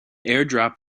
airdrop